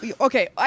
okay